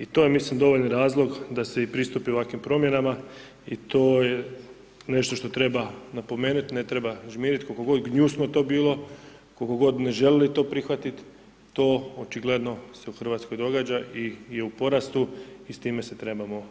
I to je mislim dovoljan razlog da se i pristupi ovakvim promjenama i to je nešto što treba napomenuti, ne treba žmiriti, koliko god gnjusno to bilo, koliko god ne želili to prihvatiti, to očigledno se u RH događa i je u porastu i s time se trebamo